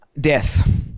death